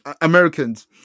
Americans